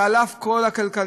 שעל אף כל הכלכלנים,